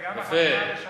יפה.